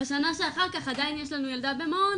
בשנה שאחר כך עדיין יש לנו ילדה במעון,